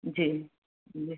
जी जी